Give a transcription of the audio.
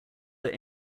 that